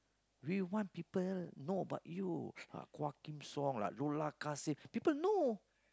we want people know about you ah Quah-Kim-Song like Dollah-Kassim people know